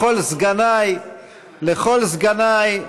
לכל סגניי,